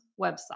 website